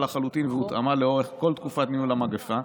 לחלוטין והותאמה לאורך כל תקופת ניהול המגפה,